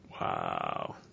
Wow